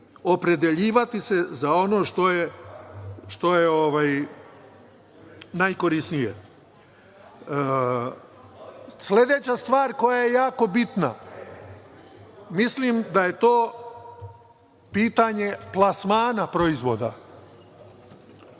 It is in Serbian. opredeljivati se za ono što je najkorisnije. Sledeća stvar koja je jako bitna, mislim da je to pitanje plasmana proizvoda.